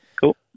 cool